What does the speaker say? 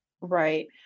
right